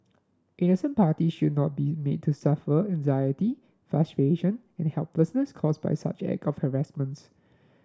innocent party should not be made to suffer anxiety frustration and helplessness caused by such act of harassment